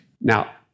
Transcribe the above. Now